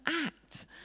act